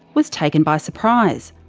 was taken by surprise.